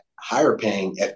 higher-paying